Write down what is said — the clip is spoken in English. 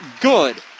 good